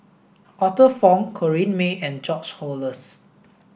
Arthur Fong Corrinne May and George Oehlers